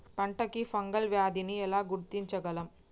పంట కి ఫంగల్ వ్యాధి ని ఎలా గుర్తించగలం?